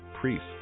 priests